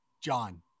John